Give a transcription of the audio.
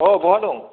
औ बहा दं